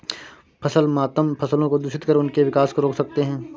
फसल मातम फसलों को दूषित कर उनके विकास को रोक सकते हैं